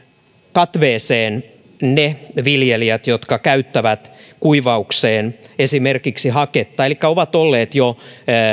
katveeseen ne viljelijät jotka käyttävät kuivaukseen esimerkiksi haketta elikkä ovat olleet jo